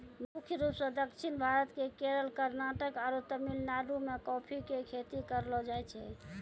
मुख्य रूप सॅ दक्षिण भारत के केरल, कर्णाटक आरो तमिलनाडु मॅ कॉफी के खेती करलो जाय छै